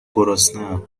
گرسنهام